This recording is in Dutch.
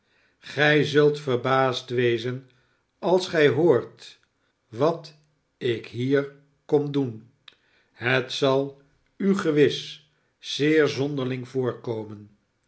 gij zult verbaasd wezen als gij hoort wat ik hier kom doen het zal u gewis zeer zonderling voorkomen